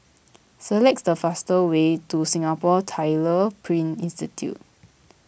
select the fastest way to Singapore Tyler Print Institute